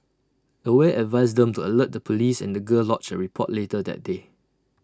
aware advised them to alert the Police and the girl lodged A report later that day